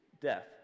death